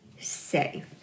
safe